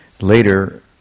Later